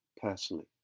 personally